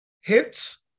hits